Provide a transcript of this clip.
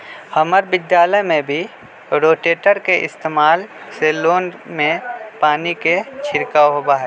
हम्मर विद्यालय में भी रोटेटर के इस्तेमाल से लोन में पानी के छिड़काव होबा हई